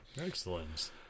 excellent